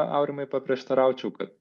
aurimai paprieštaraučiau kad